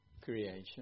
creation